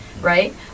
Right